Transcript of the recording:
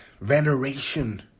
Veneration